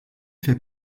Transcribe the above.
fait